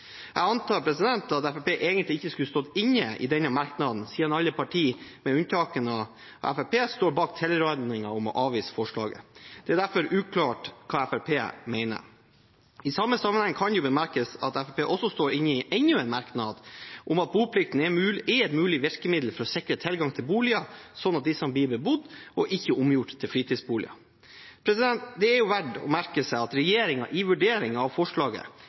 Jeg antar at Fremskrittspartiet egentlig ikke skulle stått inne i denne merknaden, siden alle partier, med unntak av Fremskrittspartiet, står bak tilrådingen om å avvise forslaget. Det er derfor uklart hva Fremskrittspartiet mener. I den sammenheng kan det også bemerkes at Fremskrittspartiet står inne i enda en merknad, om at boplikten er et mulig virkemiddel for å sikre tilgang til boliger, slik at disse blir bebodd, og ikke omgjort til fritidsboliger. Det er verdt å merke seg at regjeringen i vurderingen av forslaget